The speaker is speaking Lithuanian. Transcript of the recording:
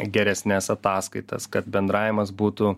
geresnes ataskaitas kad bendravimas būtų